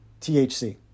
THC